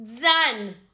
done